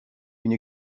une